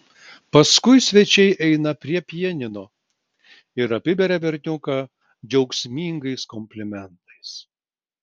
paskui svečiai eina prie pianino ir apiberia berniuką džiaugsmingais komplimentais